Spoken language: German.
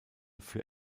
für